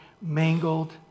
mangled